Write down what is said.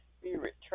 spirit